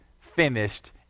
finished